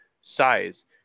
size